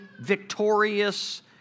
victorious